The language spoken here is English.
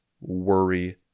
worry